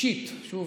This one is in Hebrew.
שוב,